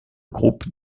groupe